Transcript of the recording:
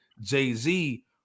Jay-Z